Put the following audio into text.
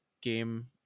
Game